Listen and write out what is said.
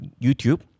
YouTube